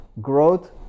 growth